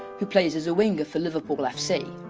who plays as a winger for liverpool fc.